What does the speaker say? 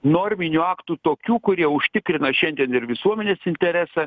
norminių aktų tokių kurie užtikrina šiandien ir visuomenės interesą